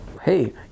hey